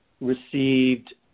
received